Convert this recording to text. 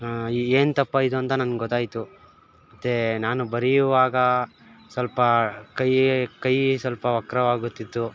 ಈಗೇನು ತಪ್ಪಾಯ್ತಾ ಅಂತ ನನ್ಗೆ ಗೊತಾಯಿತು ಮತ್ತು ನಾನು ಬರೆಯುವಾಗ ಸ್ವಲ್ಪ ಕೈಯಿ ಕೈಯಿ ಸ್ವಲ್ಪ ವಕ್ರವಾಗುತ್ತಿತ್ತು